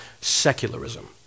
secularism